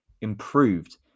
improved